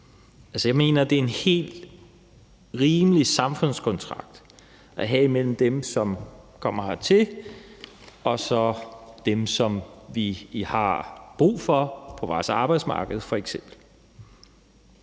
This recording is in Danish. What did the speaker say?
Jeg mener, det er en helt rimelig samfundskontrakt at have mellem dem, som kommer hertil, og så dem, som vi f.eks. har brug for på vores arbejdsmarked. Det lykkes